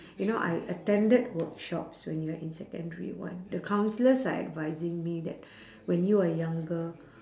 you know I attended workshops when you're in secondary one the counsellors are advising me that when you are younger